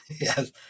Yes